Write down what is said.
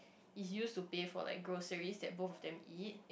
is used to pay for like groceries that both of them eat